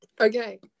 Okay